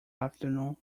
afternoon